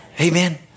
Amen